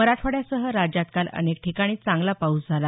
मराठवाड्यासह राज्यात काल अनेक ठिकाणी चांगला पाऊस झाला